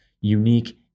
unique